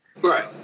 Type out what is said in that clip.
Right